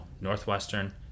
Northwestern